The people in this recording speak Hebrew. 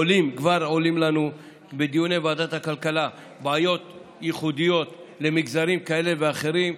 כבר עולות לנו בדיוני ועדת הכלכלה בעיות ייחודיות למגזרים כאלה ואחרים,